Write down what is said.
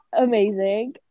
amazing